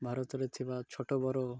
ଭାରତରେ ଥିବା ଛୋଟ ବଡ଼